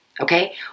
okay